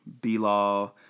B-Law